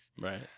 Right